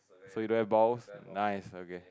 so you don't have balls nice okay